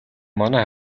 манай